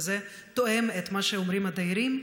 וזה תואם את מה שאומרים הדיירים.